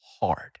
hard